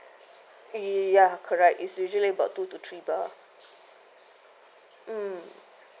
ya correct it's usually about two to three bar mm